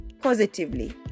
positively